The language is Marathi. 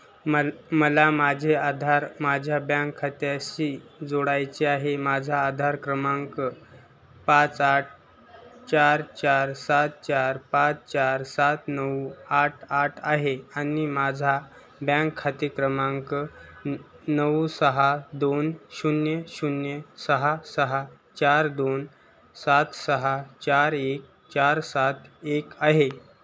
मल मला माझे आधार माझ्या बँक खात्याशी जोडायचे आहे माझा आधार क्रमांक पाच आठ चार चार सात चार पाच चार सात नऊ आठ आठ आहे आणि माझा बँक खाते क्रमांक नऊ सहा दोन शून्य शून्य सहा सहा चार दोन सात सहा चार एक चार सात एक आहे